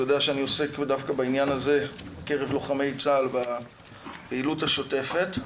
יודע שאני עוסק דווקא בעניין הזה בקרב לוחמי צה"ל בפעילות השוטפת.